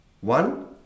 one